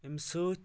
امہِ سۭتۍ